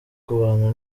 kubantu